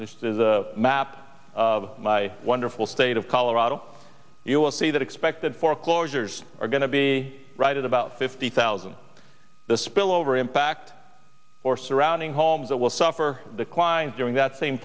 this is the map of my wonderful state of colorado you will see that expected foreclosures are going to be right at about fifty thousand the spillover impact or surrounding homes that will suffer the client during that same